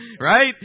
Right